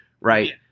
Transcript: right